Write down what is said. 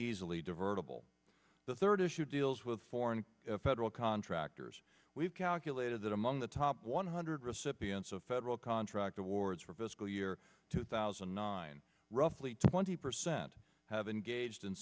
bill the third issue deals with foreign federal contractors we've calculated that among the top one hundred recipients of federal contract awards for fiscal year two thousand and nine roughly twenty percent have engaged in